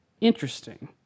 Interesting